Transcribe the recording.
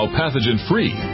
pathogen-free